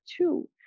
two